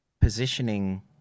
positioning